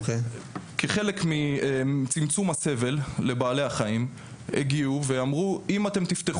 כחלק מצמצום הסבל לבעלי החיים הגיעו ואמרו שאם נפתח